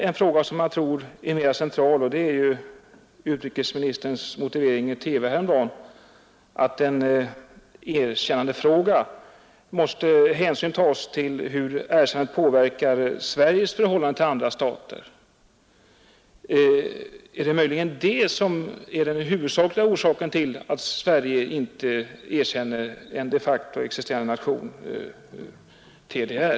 En sak som jag tror är mera central berörs i utrikesministerns motivering, framförd i TV häromdagen, att i en erkännandefråga måste hänsyn tas till hur erkännandet påverkar Sveriges förhållande till andra stater. Är det möjligen det som är den viktigaste orsaken till att Sverige inte erkänner en de facto existerande nation, DDR?